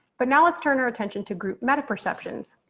but now let's turn our attention to group meta perceptions